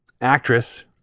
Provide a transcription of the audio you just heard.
actress